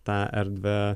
tą erdvę